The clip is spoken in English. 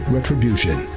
Retribution